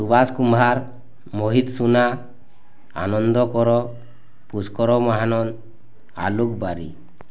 ସୁବାସ୍ କୁମାର୍ ମହିତ୍ ସୁନା ଆନନ୍ଦ କର ପୁଷ୍କର ମାହାନନ୍ ଆଲୋକ ବାରିକ୍